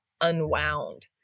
unwound